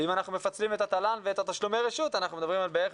אם אנחנו מפצלים את התל"ן ואת תשלומי הרשות אנחנו מדברים בערך על